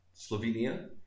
Slovenia